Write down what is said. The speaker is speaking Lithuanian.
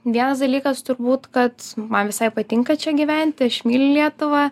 vienas dalykas turbūt kad man visai patinka čia gyventi aš myliu lietuvą